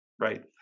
Right